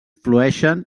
flueixen